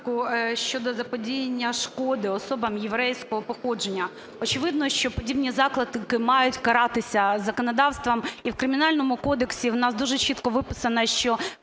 щодо заподіяння шкоди особам єврейського походження. Очевидно, що подібні заклики мають каратися законодавством. І в Кримінальному кодексі в нас дуже чітко виписано, що